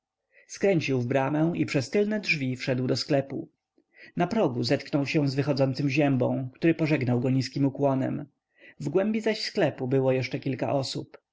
skręcił w bramę i przez tylne drzwi wszedł do sklepu na progu zetknął się z wychodzącym ziębą który pożegnał go niskim ukłonem w głębi zaś sklepu było jeszcze kilka osób